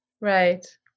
Right